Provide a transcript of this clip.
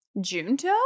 Junto